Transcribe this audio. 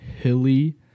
hilly